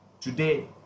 Today